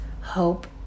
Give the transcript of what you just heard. hope